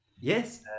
Yes